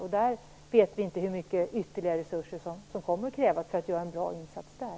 Vi vet inte hur mycket ytterligare resurser som kommer att krävas för att göra en bra insats där.